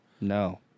No